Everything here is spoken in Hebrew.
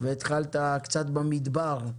התחלת קצת במדבר,